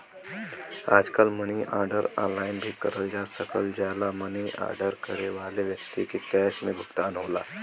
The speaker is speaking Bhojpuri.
आजकल मनी आर्डर ऑनलाइन भी करल जा सकल जाला मनी आर्डर करे वाले व्यक्ति के कैश में भुगतान होला